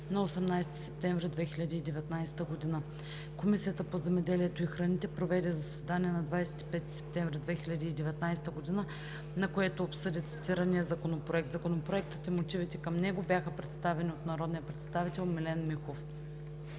на 18 септември 2019 г. Комисията по земеделието и храните проведе заседание на 25 септември 2019 г., на което обсъди цитирания законопроект. Законопроектът и мотивите към него бяха представени от народния представител Милен Михов.